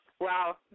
wow